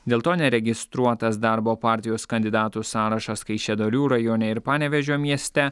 dėl to neregistruotas darbo partijos kandidatų sąrašas kaišiadorių rajone ir panevėžio mieste